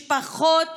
משפחות